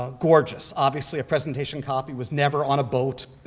ah gorgeous. obviously, a presentation copy was never on a boat.